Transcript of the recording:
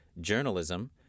Journalism